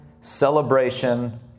celebration